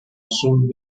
azul